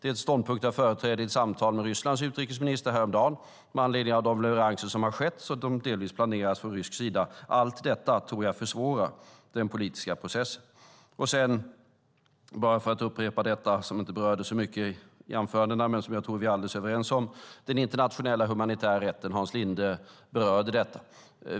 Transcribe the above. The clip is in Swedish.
Det är en ståndpunkt som jag företrädde i samtal med Rysslands utrikesminister häromdagen med anledning av de leveranser som skett och delvis planeras från rysk sida. Allt detta tror jag försvårar den politiska processen. Det som inte berördes så mycket i de första inläggen men som jag tror att vi är alldeles överens om gäller den internationella humanitära rätten. Hans Linde berörde detta.